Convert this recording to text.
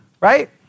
Right